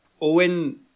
owen